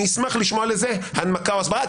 אני אשמח לשמוע לזה הנמקה או הסברה.